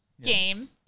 game